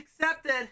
accepted